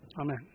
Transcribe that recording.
Amen